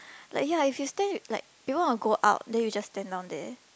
like ya if you stay like people want to go out then you just stand down there